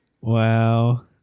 wow